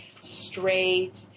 straight